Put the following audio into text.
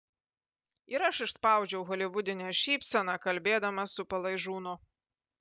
ir aš išspaudžiau holivudinę šypseną kalbėdamas su palaižūnu